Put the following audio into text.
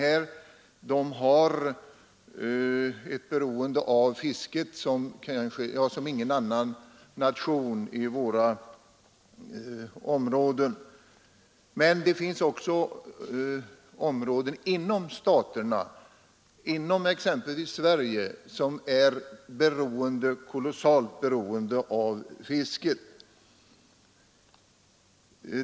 Island har ett beroende av fisket som ingen annan nation i våra områden. Men det finns också områden inom andra stater, exempelvis inom Sverige, som är kolossalt beroende av fisket.